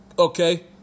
Okay